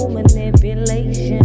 Manipulation